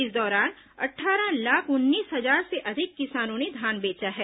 इस दौरान अट्ठारह लाख उन्नीस हजार से अधिक किसानों ने धान बेचा है